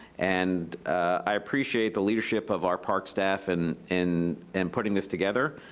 and i appreciate the leadership of our parks staff, and in and putting this together,